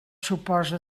suposa